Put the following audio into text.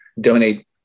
donate